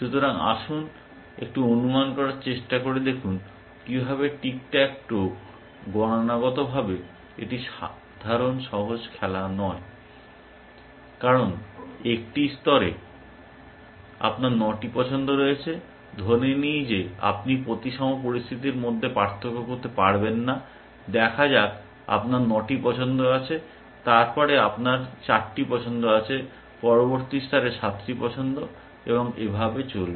সুতরাং আসুন একটু অনুমান করার চেষ্টা করে দেখুন কিভাবে টিক ট্যাক টো গণনাগতভাবে একটি সাধারণ সহজ খেলা নয় কারণ একটি স্তরে আপনার 9টি পছন্দ রয়েছে ধরে নিই যে আপনি প্রতিসম পরিস্থিতির মধ্যে পার্থক্য করতে পারবেন না দেখা যাক আপনার 9টি পছন্দ আছে তারপরে আপনার 8টি পছন্দ আছে পরবর্তী স্তরে 7টি পছন্দ এবং এভাবে চলবে